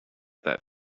that